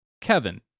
kevin